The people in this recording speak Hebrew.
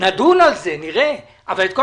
ואז נדון,